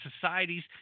societies